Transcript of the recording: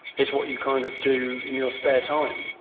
it's what you kind of do in your spare time.